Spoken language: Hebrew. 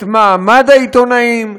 את מעמד העיתונאים,